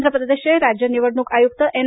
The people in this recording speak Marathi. आंध्र प्रदेशचे राज्य निवडणूक आयुक्त एन